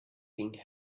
king